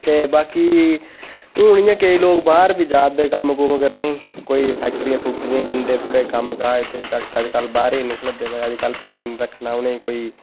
ते बाकी हून इयां केईं लोग बाहर बी जा'रदे कम्म कुम्म करने गी कोई फैक्टरी फुक्टरियां गी जंदे थोह्ड़े कम्मकाज ते जागत अज्जकल बाह्रै गी निकलदे अज्जकल भिड्डां नेईं रक्खना उनेंगी कोई